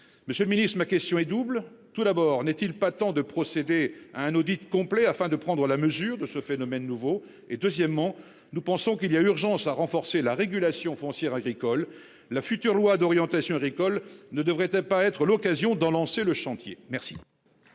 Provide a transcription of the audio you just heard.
Monsieur le Ministre. Ma question est double, tout d'abord n'est-il pas temps de procéder à un audit complet afin de prendre la mesure de ce phénomène nouveau. Et deuxièmement, nous pensons qu'il y a urgence à renforcer la régulation foncière agricole la future loi d'orientation agricole ne devrait-elle pas être l'occasion d'en lancer le chantier. Merci.